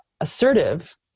assertive